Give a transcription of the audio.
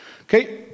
Okay